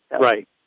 Right